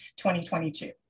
2022